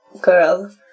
girl